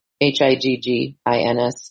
H-I-G-G-I-N-S